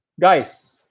Guys